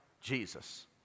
Jesus